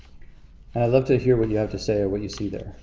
love to hear what you have to say or what you see there.